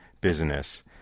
business